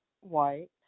white